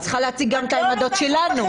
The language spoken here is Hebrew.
את צריכה להציג גם את העמדות שלנו.